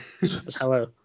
Hello